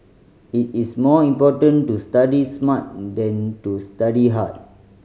it is more important to study smart than to study hard